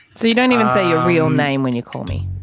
so you don't even say your real name when you call me?